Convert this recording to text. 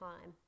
time